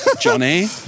Johnny